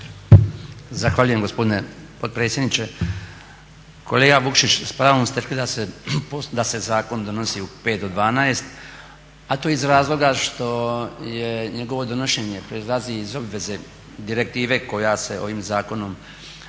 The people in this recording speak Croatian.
Zahvaljujem gospodine potpredsjedniče. Kolega Vukšić, s pravom ste rekli da se zakon donosi u 5 do 12 a to iz razloga što je njegovo donošenje proizlazi iz obveze direktive koja se ovim zakonom